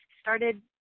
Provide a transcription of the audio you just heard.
started